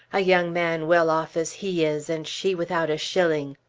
a young man well off as he is, and she without a shilling!